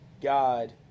God